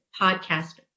podcast